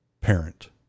parent